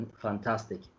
fantastic